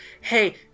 Hey